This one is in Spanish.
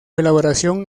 elaboración